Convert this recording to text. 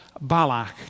Balak